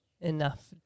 enough